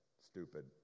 Stupid